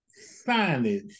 Signage